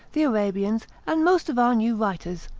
the arabians, and most of our new writers.